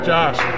Josh